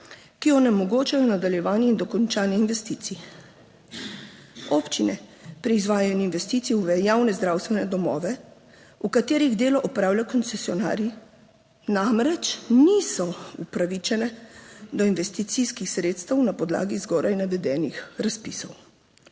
ki onemogočajo nadaljevanje in dokončanje investicij. Občine pri izvajanju investicij v javne zdravstvene domove, v katerih delo opravljajo koncesionarji, namreč niso upravičene do investicijskih sredstev na podlagi zgoraj navedenih razpisov.